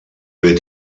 haver